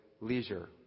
leisure